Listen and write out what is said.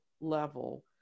level